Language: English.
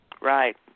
Right